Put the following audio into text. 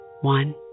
One